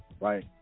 Right